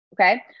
okay